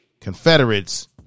Confederates